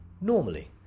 normally